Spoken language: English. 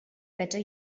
better